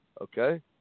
Okay